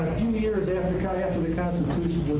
years and kind of after the constitution was